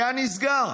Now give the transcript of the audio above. היה נסגר.